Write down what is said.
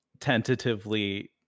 tentatively